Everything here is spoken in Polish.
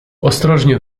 ostrożnie